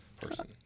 person